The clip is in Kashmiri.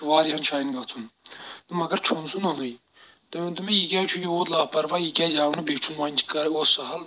وارِہَن جایَن گژھُن تہٕ مگر چھُنہٕ سُہ نوٚنُنٕے تُہۍ ؤنۍ تو مےٚ یہِ کیازِ چھُ یوٗت لاپَروا یہِ کیازِ آونہٕ بیٚیہِ چھُنہٕ وۄنۍ کَرِ اوس سَہل